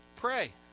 pray